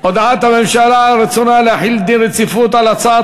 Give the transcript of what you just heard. הודעת הממשלה על רצונה להחיל דין רציפות על הצעת